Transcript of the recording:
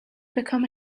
become